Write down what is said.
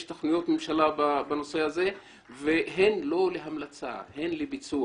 יש תוכניות ממשלה בנושא הזה והן לא להמלצה אלא הן לביצוע.